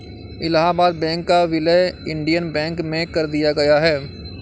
Allahabad bank का विलय Indian bank में कर दिया गया है